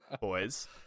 boys